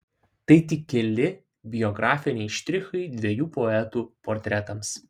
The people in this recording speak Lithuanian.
tai tik keli biografiniai štrichai dviejų poetų portretams